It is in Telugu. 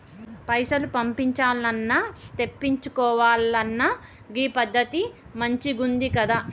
పైసలు పంపించాల్నన్నా, తెప్పిచ్చుకోవాలన్నా గీ పద్దతి మంచిగుందికదా